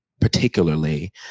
particularly